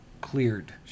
cleared